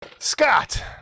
Scott